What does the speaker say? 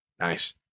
Nice